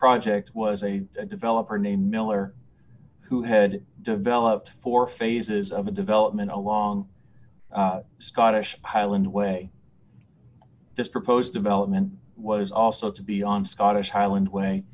project was a developer name miller who had developed four phases of the development along scottish highland way this proposed development was also to be on scottish highland way